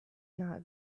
not